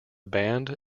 band